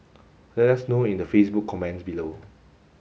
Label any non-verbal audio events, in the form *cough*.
*noise* let us know in the Facebook comments below